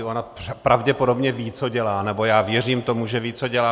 Ona pravděpodobně ví, co dělá, nebo já věřím tomu, že ví, co dělá.